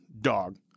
dog